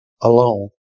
Alone